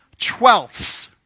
twelfths